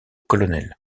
colonel